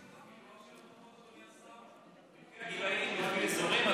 יש לך פילוח לפי גילאים, לפי אזורים?